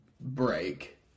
break